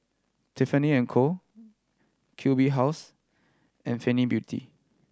Tiffany and Co Q B House and Fenty Beauty